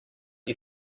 you